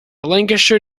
lancashire